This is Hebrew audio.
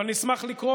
אבל נשמח לקרוא,